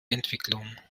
entwicklung